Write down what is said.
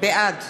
בעד